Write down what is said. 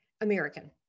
American